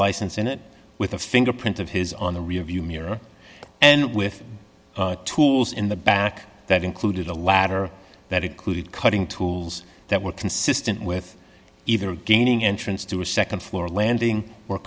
license in it with a fingerprint of his on the rear view mirror and with tools in the back that included a ladder that included cutting tools that were consistent with either gaining entrance to a nd floor landing